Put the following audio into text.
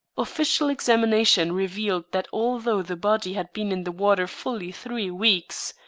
official examination revealed that although the body had been in the water fully three weeks,